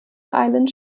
island